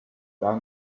down